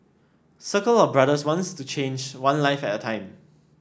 Circle of Brothers wants to change one life at a time